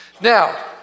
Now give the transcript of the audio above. Now